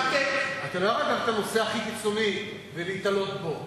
אתה לא יכול לקחת את הנושא הכי קיצוני ולהיתלות בו.